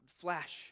flash